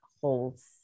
holds